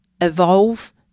evolve